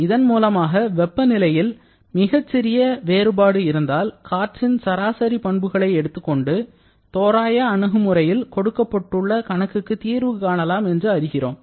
இதன் மூலமாக வெப்பநிலையில் மிகச் சிறிய வேறுபாடு இருந்தால் காற்றின் சராசரி பண்புகளை எடுத்துக்கொண்டு தோராய அணுகுமுறையில் கொடுக்கப்பட்ட கணக்குக்கு தீர்வு காணலாம் என்று அறிகிறோம்